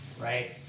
right